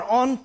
on